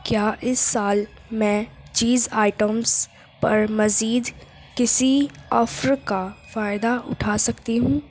کیا اس سال میں چیز آئٹمز پر مزید کسی آفر کا فائدہ اٹھا سکتی ہوں